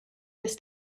was